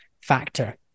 factor